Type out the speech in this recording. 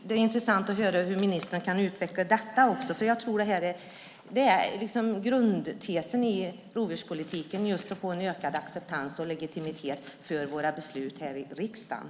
Det vore intressant att höra ministern utveckla detta, för jag tror att det är en grundtes i rovdjurspolitiken att vi får en ökad acceptans och legitimitet för våra beslut här i riksdagen.